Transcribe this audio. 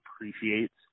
appreciates